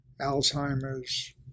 Alzheimer's